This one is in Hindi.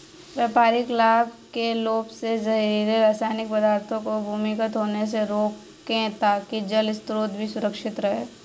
व्यापारिक लाभ के लोभ से जहरीले रासायनिक पदार्थों को भूमिगत होने से रोकें ताकि जल स्रोत भी सुरक्षित रहे